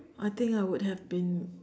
I think I would have been